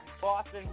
Boston